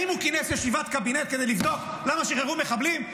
האם הוא כינס ישיבת קבינט כדי לבדוק למה שחררו מחבלים?